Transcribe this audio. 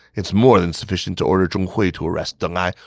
it's more than sufficient to order zhong hui to arrest deng ai.